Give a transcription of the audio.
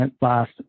last